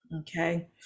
okay